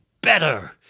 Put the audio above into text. better